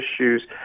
issues